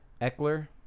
Eckler